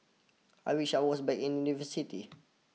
I wish I was back in university